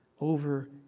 over